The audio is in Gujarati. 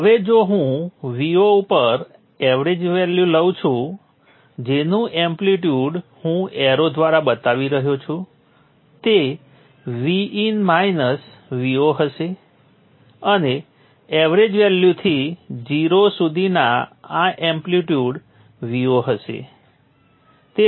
હવે જો હું Vo ઉપર એવરેજ લઉં છું જેનું એમ્પ્લિટ્યૂડ હું એરો દ્વારા બતાવી રહ્યો છું તે vin માઈનસ Vo હશે અને એવરેજ વેલ્યુથી 0 સુધીનું આ એમ્પ્લિટ્યૂડ Vo હશે